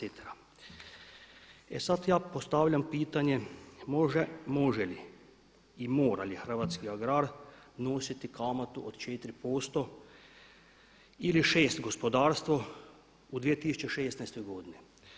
E sada ja postavljam pitanje, može li i mora li hrvatski agrar nositi kamatu od 4% ili 6 gospodarstvo u 2016. godini?